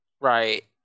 Right